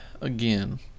again